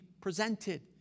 presented